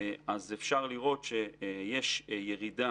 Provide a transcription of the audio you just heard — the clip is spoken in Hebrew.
אפשר לראות שיש ירידה